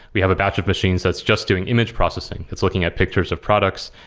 we have a batch of machines that's just doing image processing. it's looking at pictures of products.